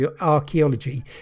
Archaeology